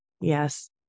Yes